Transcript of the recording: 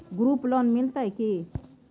Group loan मिलतै की?